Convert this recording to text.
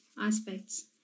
aspects